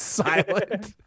silent